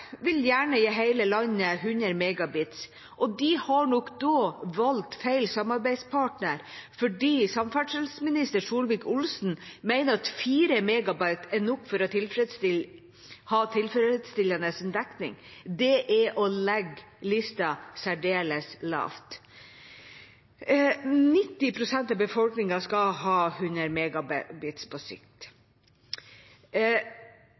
vil gjerne gi hele landet 100 MB. Da har de nok valgt feil samarbeidspartner, for samferdselsminister Solvik-Olsen mener at 4 MB er nok for å ha tilfredsstillende dekning. Det er å legge listen særdeles lavt. 90 pst. av befolkningen skal ha 100 MB på sikt.